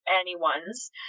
anyone's